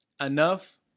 enough